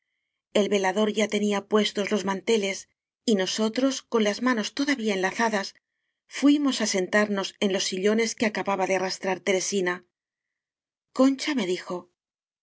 el velador ya tenía puestos los manteles y nosotros con las manos todavía enlazadas fuimos á sentar nos en los sillones que acababa de arrastrar teresina concha me dijo